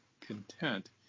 content